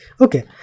okay